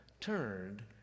turned